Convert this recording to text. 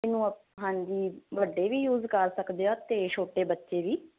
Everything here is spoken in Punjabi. ਇਨੂੰ ਅਪ ਹਾਂਜੀ ਵੱਡੇ ਵੀ ਯੂਜ ਕਰ ਸਕਦੇ ਆ ਤੇ ਛੋਟੇ ਬੱਚੇ ਵੀ